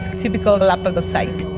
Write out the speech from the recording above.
typical galapagos sight.